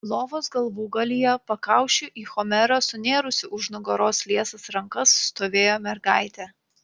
lovos galvūgalyje pakaušiu į homerą sunėrusi už nugaros liesas rankas stovėjo mergaitė